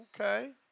Okay